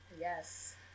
yes